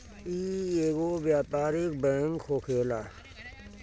इ एगो व्यापारिक बैंक होखेला